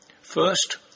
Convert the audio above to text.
first